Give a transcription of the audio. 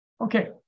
Okay